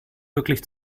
wirklich